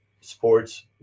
sports